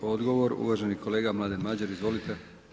Odgovor uvaženi kolega Mladen Madjer, izvolite.